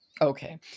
Okay